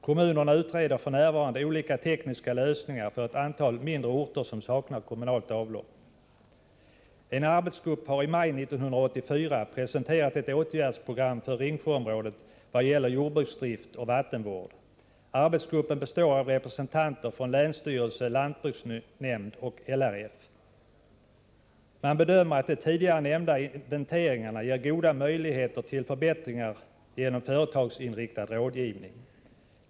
Kommunerna utreder f.n. olika tekniska lösningar för ett antal mindre orter som saknar kommunalt avlopp. En arbetsgrupp har i maj 1984 presenterat ett åtgärdsprogram för Ringsjöområdet vad gäller Jordbruksdrift och vattenvård. Arbetsgruppen består av representanter från länsstyrelsen, lantbruksnämnden och LRF. Man bedömer att de tidigare nämnda inventeringarna ger goda möjligheter till förbättringar genom företagsinriktad rådgivning.